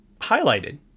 highlighted